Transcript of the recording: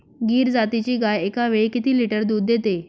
गीर जातीची गाय एकावेळी किती लिटर दूध देते?